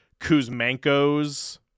Kuzmenko's